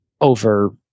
over